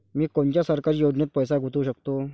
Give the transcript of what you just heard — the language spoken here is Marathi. मी कोनच्या सरकारी योजनेत पैसा गुतवू शकतो?